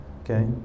okay